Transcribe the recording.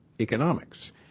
economics